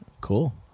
Cool